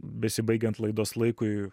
besibaigiant laidos laikui